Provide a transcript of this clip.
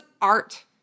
art